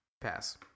pass